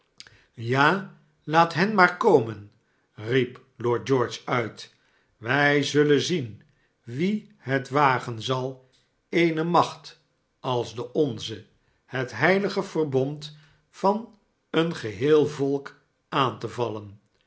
ja laat hen maar komen riep lord george uit wij zullen zien wie het wagen zal eene macht als de onze het heilige verbond van een geheel volk aan te vallen